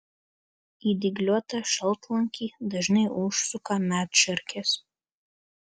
į dygliuotą šaltalankį dažnai užsuka medšarkės